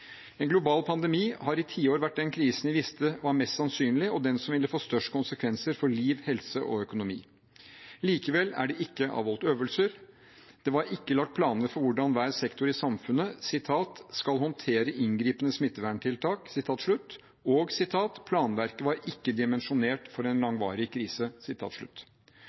mest sannsynlig, og den som ville få størst konsekvenser for liv, helse og økonomi. Likevel er det ikke avholdt øvelser, det var ikke lagt planer for hvordan hver sektor i samfunnet «skal håndtere inngripende smitteverntiltak», og planverket «var ikke dimensjonert for en langvarig krise».